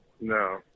No